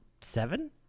seven